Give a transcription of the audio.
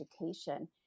education